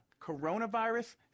Coronavirus